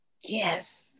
yes